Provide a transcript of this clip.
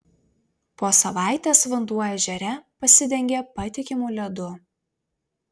po savaitės vanduo ežere pasidengė patikimu ledu